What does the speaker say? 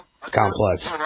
complex